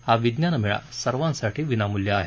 हा विज्ञान मेळा सर्वांसाठी विनामुल्य आहे